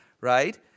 right